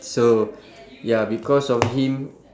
so ya because of him